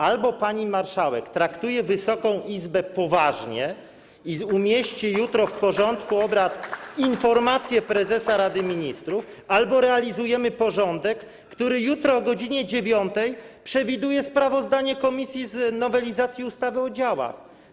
Albo pani marszałek traktuje Wysoką Izbę poważnie i umieści jutro w porządku obrad informację prezesa Rady Ministrów, albo realizujemy porządek, który jutro o godz. 9 przewiduje sprawozdanie komisji z nowelizacji ustawy o działach.